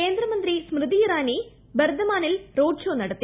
കേന്ദ്രമന്ത്രി സ്മൃതി ഇറാനി ബർദമാനിൽ road show നടത്തി